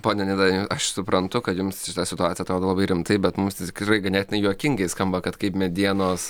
pone nida aš suprantu kad jums šita situacija atrodo labai rimtai bet mus tikrai ganėtinai juokingai skamba kad kaip medienos